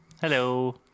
Hello